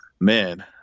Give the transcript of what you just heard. man